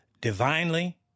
divinely